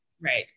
Right